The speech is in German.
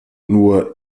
nur